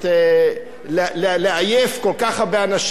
לעייף כל כך הרבה אנשים במחיר של 60